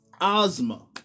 Ozma